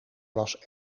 was